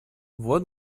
вот